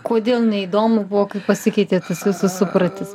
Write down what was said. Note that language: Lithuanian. kodėl neįdomu buvo kaip pasikeitė jūsų supratis